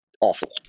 awful